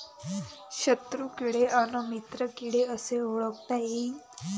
शत्रु किडे अन मित्र किडे कसे ओळखता येईन?